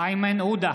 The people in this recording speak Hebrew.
איימן עודה,